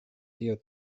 tio